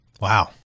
Wow